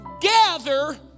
gather